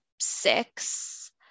six